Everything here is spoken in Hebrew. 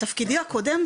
בתפקידי הקודם,